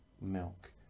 milk